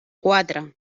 quatre